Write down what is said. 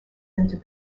into